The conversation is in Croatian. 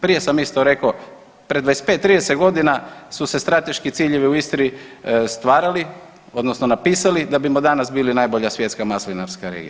Prije sam isto rekao, pred 25, 30 godina su se strateški ciljevi u Istri stvarali, odnosno napisali da bi danas bili najbolja svjetska maslinarska regija.